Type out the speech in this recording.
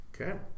Okay